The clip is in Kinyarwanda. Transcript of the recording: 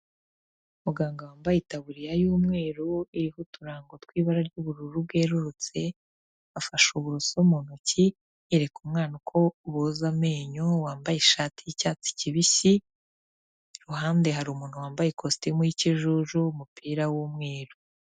Muganga wambaye itaburiya y'umweru iriho uturango tw'ibara ry'ubururu bwerurutse, afashe uburoso mu ntoki yereka umwana uko boza amenyo wambaye ishati y'icyatsi kibisi, iruhande hari umuntu wambaye kositimu y'ikijuku, umupira w'umweru.